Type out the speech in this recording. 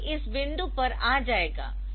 यह इस बिंदु पर आ जाएगा